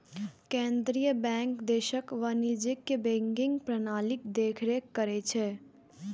केंद्रीय बैंक देशक वाणिज्यिक बैंकिंग प्रणालीक देखरेख करै छै